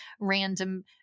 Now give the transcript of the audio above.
random